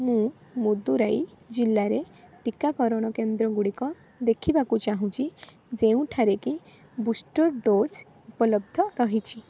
ମୁଁ ମଦୁରାଇ ଜିଲ୍ଲାରେ ଟିକାକରଣ କେନ୍ଦ୍ରଗୁଡ଼ିକ ଦେଖିବାକୁ ଚାହୁଁଛି ଯେଉଁଠାରେ କି ବୁଷ୍ଟର୍ ଡୋଜ୍ ଉପଲବ୍ଧ ରହିଛି